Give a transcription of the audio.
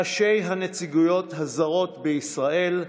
ראשי הנציגויות הזרות בישראל,